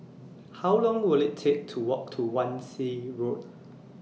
How Long Will IT Take to Walk to Wan Shih Road